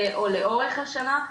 או לאורך השנה,